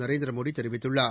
நரேந்திரமோடிதெரிவித்துள்ளார்